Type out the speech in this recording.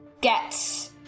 get